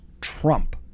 trump